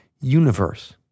universe